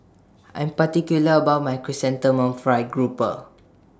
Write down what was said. I Am particular about My Chrysanthemum Fried Grouper